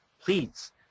Please